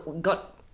Got